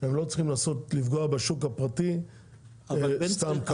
הם לא צריכים לפגוע בשוק הפרטי סתם ככה.